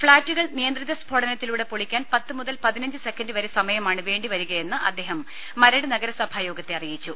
ഫ്ളാറ്റുകൾ നിയന്ത്രിത സ്ഫോടനത്തിലൂടെ പൊളിക്കാൻ പത്ത് മുതൽ പതിനഞ്ച് സെക്കന്റ് വരെ സമയമാണ് വേണ്ടിവരികയെന്ന് അദ്ദേഹം മരട് നഗരസഭാ യോഗത്തെ അറിയിച്ചു